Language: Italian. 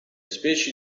specie